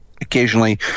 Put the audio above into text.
occasionally